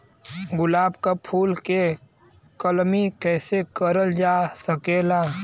गुलाब क फूल के कलमी कैसे करल जा सकेला?